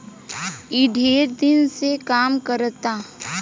ई ढेर दिन से काम करता